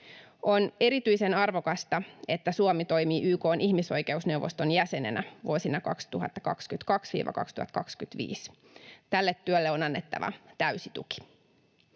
On erityisen arvokasta, että Suomi toimii YK:n ihmisoikeusneuvoston jäsenenä vuosina 2022— 2025. Tälle työlle on annettava täysi tuki.